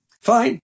Fine